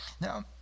Now